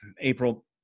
april